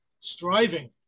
striving